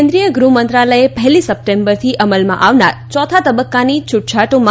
કેન્દ્રિય ગૃહમંત્રાલયે પહેલી સેપ્ટમ્બરથી અમલમાં આવનાર ચોથા તબક્કાની છૂટછાટોમાં